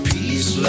Peace